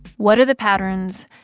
what are the patterns?